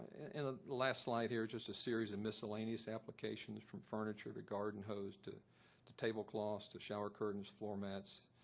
and ah last slide here, just a series of miscellaneous applications from furniture to garden hose to to table cloths to shower curtains, floor mats,